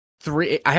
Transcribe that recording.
three